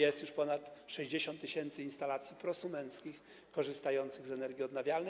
Jest już ponad 60 tys. instalacji prosumenckich korzystających z energii odnawialnej.